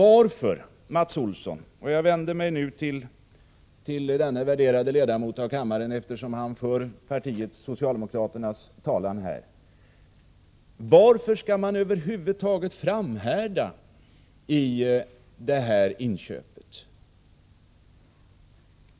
Jag vill vända mig till Mats Olsson, denne värderade ledamot av kammaren, eftersom han för socialdemokraternas talan här, och fråga: Varför skall man över huvud taget framhärda beträffande detta inköp?